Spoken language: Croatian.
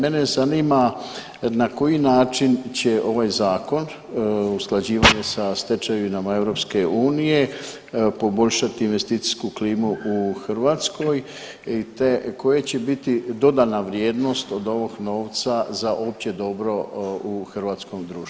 Mene zanima na koji način će ovaj zakon usklađivanje sa stečevinama EU poboljšati investicijsku klimu u Hrvatskoj i koja će biti dodana vrijednost od ovog novca za opće dobro u hrvatskom društvu?